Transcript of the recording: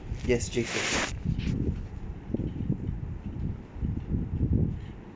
yes please